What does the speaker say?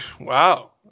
Wow